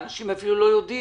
יש אנשים שאפילו לא יודעים.